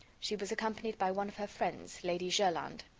she was accompanied by one of her friends, lady jerland.